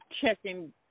checking